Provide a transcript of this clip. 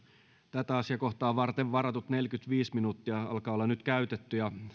tätä asiakohtaa varten varatut neljäkymmentäviisi minuuttia alkavat olla nyt käytetty ja